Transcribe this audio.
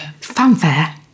Fanfare